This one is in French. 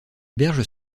berges